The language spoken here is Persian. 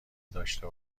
داشته